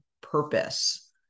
purpose